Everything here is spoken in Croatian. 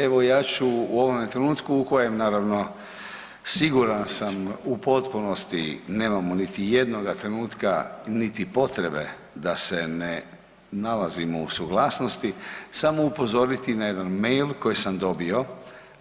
Evo ja ću u ovome trenutku u kojem naravno siguran sam u potpunosti nemamo niti jednoga trenutka niti potrebe da se ne nalazimo u suglasnosti samo upozoriti na jedan mail koji sam dobio,